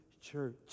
church